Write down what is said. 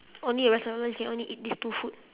only the rest of your life you can only eat these two food